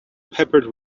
peppered